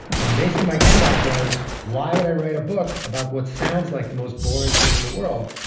and basically, my comeback was, why would i write a book about what sounds like the most boring thing in the world?